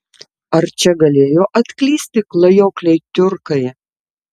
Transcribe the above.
ar čia galėjo atklysti klajokliai tiurkai